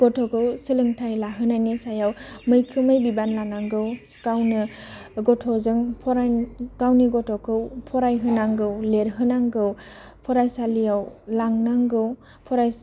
गथ'खौ सोलोंथाइ लाहोनायनि सायाव मैखोमै बिबान लानांगौ गावनो गथ'जों फराय गावनि गथ'खौ फरायहोनांगौ लिरहोनांगौ फरायसालियाव लांनांगौ